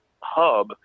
hub